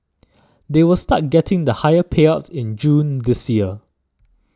they will start getting the higher payouts in June this year